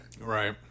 Right